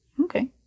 Okay